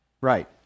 Right